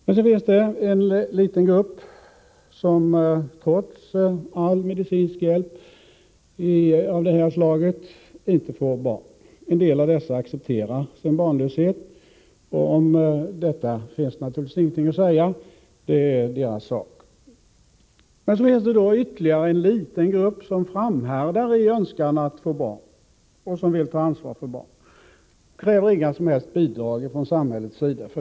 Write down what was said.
Men så finns det en liten grupp, som trots all medicinsk hjälp av detta slag inte får barn. En del av dessa accepterar sin barnlöshet — om detta finns det naturligtvis ingenting att säga, det är deras sak. Men så finns det ytterligare en liten grupp som framhärdar i önskan att få barn och som vill ta ansvar för barn. De kräver inga som helst bidrag från samhällets sida.